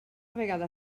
vegada